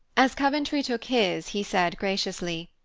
as coventry took his, he said graciously,